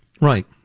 Right